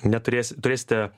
neturės turėsite